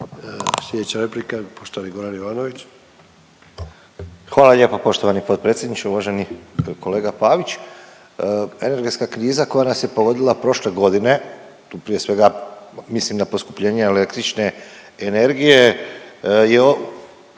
Sljedeća replika, poštovani Goran Ivanović. **Ivanović, Goran (HDZ)** Hvala lijepa poštovani potpredsjedniče, uvaženi kolega Pavić. Energetska kriza koja nas je pogodila prošle godine, prije svega mislim na poskupljenje električne energije je,